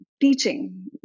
teaching